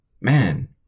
Man